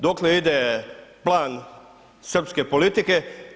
Dokle ide plan srpske politike?